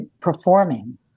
performing